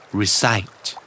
recite